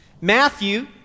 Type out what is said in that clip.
Matthew